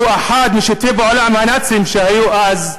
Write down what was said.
היא אחת ממשתפי הפעולה עם הנאצים שהיו אז,